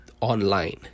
online